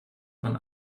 von